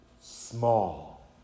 small